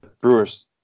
Brewers